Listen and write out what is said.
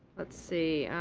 let's see.